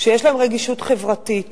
שיש להם רגישות חברתית